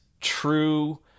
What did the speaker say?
true